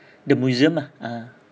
the museum ah ah